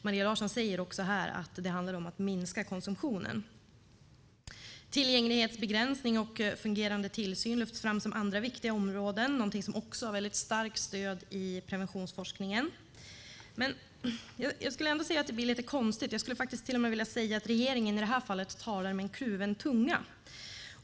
Maria Larsson säger också här att det handlar om att minska konsumtionen. Tillgänglighetsbegränsning och fungerande tillsyn lyfts fram som andra viktiga områden, någonting som också har väldigt starkt stöd i preventionsforskningen. Men jag skulle ändå säga att det blir lite konstigt. Jag skulle till och med vilja säga att regeringen i detta fall talar med kluven tunga.